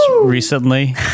recently